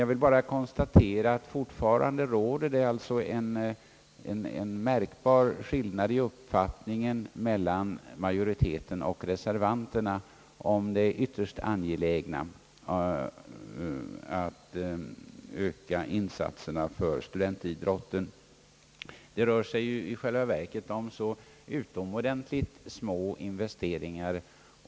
Jag vill bara konstatera att det fortfarande råder en märkbar skillnad i uppfattningen mellan majoriteten och reservanterna om det ytterst angelägna i att öka insatserna för studentidrotten. I själva verket rör det sig om utomordentligt små investeringar.